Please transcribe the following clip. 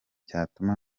cyatuma